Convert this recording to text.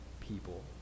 people